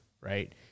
right